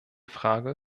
frage